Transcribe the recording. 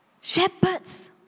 Shepherds